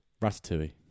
Ratatouille